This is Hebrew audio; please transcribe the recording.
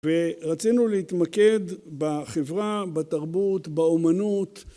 ורצינו להתמקד בחברה, בתרבות, באומנות